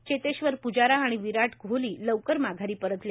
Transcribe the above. चेतेश्वर पुजारा आणि विराट कोहली लवकर माघारी परतले